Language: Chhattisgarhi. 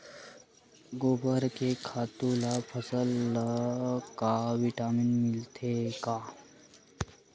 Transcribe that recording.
गोबर खातु ले फसल ल का विटामिन मिलथे का?